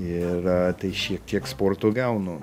ir tai šiek tiek sporto gaunu